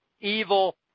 evil